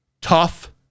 tough